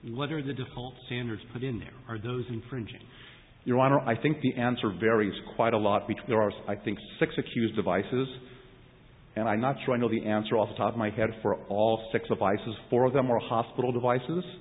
the difficult standards put in there are those infringing your honor i think the answer very it's quite a lot because there are so i think six accused devices and i'm not sure i know the answer off the top of my head for all six of isis four of them are hospital devices